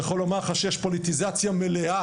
אני יכול לומר לך שיש פה פוליטיזציה מלאה,